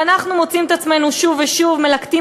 ואנחנו מוצאים את עצמנו שוב ושוב מלקטים